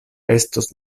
estos